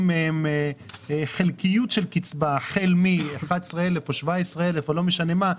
מהם חלקיות של קצבה החל מ-11,000 או 17,000 או לא משנה מה,